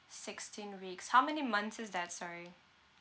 sixteen weeks how many months is that sorry